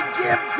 give